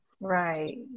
Right